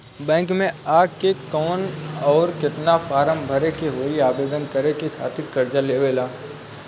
Bank मे आ के कौन और केतना फारम भरे के होयी आवेदन करे के खातिर कर्जा लेवे ला?